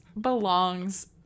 belongs